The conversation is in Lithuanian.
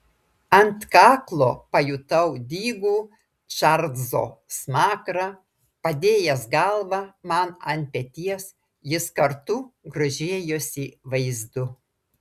ant kaklo pajutau dygų čarlzo smakrą padėjęs galvą man ant peties jis kartu grožėjosi vaizdu